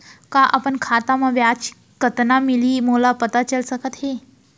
का अपन खाता म ब्याज कतना मिलिस मोला पता चल सकता है?